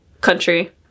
Country